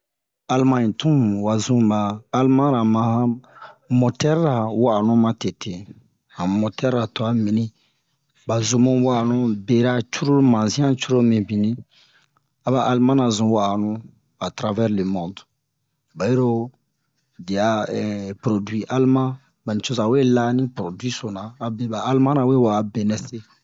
Almaɲe tun wa zun ba almara ma motɛr ra wa'anu ma tete han motɛr ra twa mibini ba zumu wa'anu mu bera cururu mazian cururu mibini a ba almana zun wa'anu a travɛr le mond ba yiro biyɛ a produwi alman ba nicoza we la ni produwi so na abe ba almanra we wa'a benɛ se